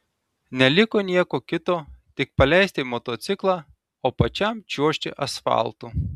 neliko nieko kito tik paleisti motociklą o pačiam čiuožti asfaltu